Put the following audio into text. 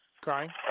Crying